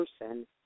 person